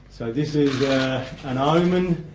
so this is an omen,